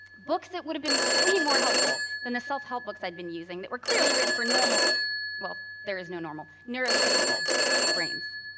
books that would have been way more helpful than the self-help books i'd been using that were clearly written for normal well, there's no normal neurotypical brains.